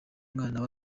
mwana